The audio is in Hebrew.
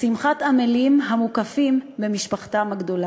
שמחת עמלים המוקפים במשפחתם הגדולה.